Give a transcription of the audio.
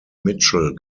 mitchell